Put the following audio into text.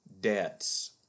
debts